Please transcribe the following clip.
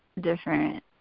different